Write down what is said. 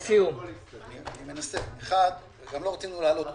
לא רצינו להלאות אתכם,